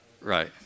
Right